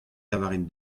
lavarin